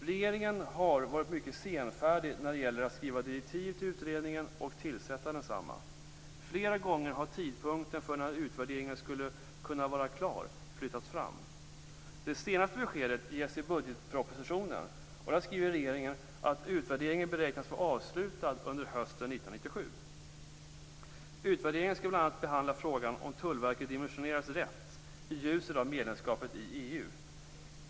Regeringen har varit mycket senfärdig när det gällt att skriva direktiv till utredningen och att tillsätta densamma. Flera gånger har tidpunkten för när utvärderingen skulle kunna vara klar flyttats fram. Det senaste beskedet ges i budgetpropositionen, där regeringen skriver att utvärderingen beräknas vara avslutad under hösten 1997. Utvärderingen skall bl.a. behandla frågan om Tullverket dimensionerades rätt i ljuset av medlemskapet i EU.